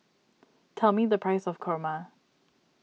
tell me the price of Kurma